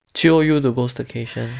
jio you to go staycation